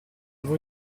voi